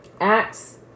Acts